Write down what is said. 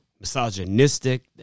misogynistic